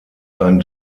sein